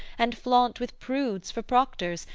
and flaunt with prudes for proctors,